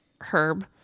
Herb